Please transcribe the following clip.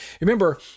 Remember